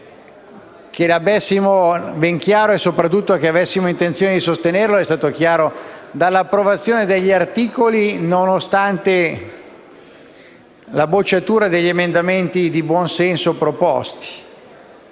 Che l'avessimo ben chiaro e, soprattutto, che avessimo intenzione di sostenerlo è stato chiaro dall'approvazione degli articoli, nonostante la bocciatura degli emendamenti di buon senso proposti.